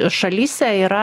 šalyse yra